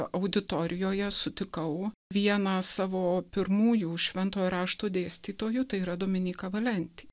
auditorijoje sutikau vieną savo pirmųjų šventojo rašto dėstytojų tai yra dominyką valentį